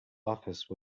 office